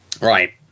Right